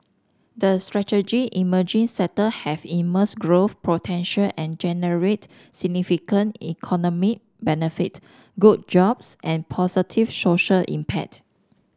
the strategic emerging sector have immense growth potential and generate significant economic benefit good jobs and positive social impact